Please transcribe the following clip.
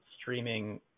streaming